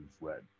read